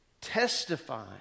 testifying